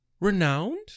Renowned